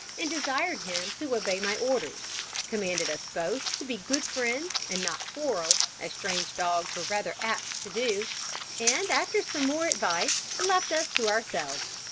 and desired him to obey my orders commanded us both to be good friends and not quarrel, as strange dogs were rather apt to do and after some more advice left us to ourselves,